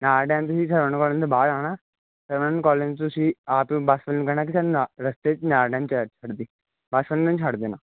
ਨਾਲਾ ਡੈਮ ਤੁਸੀਂ sir college ਦੇ ਬਾਹਰ ਜਾਣਾ ਸਰ ਕਾਲਜ ਤੁਸੀਂ ਆਪ ਬਸ ਵਾਲੇ ਨੂੰ ਕਹਿਣਾ ਕਿਸੇ ਨੂੰ ਰਸਤੇ 'ਚ ਨਾਲਾ ਡੈਮ ਦੀ ਬਸ ਉਹਨਾਂ ਨੂੰ ਛੱਡ ਦੇਣਾ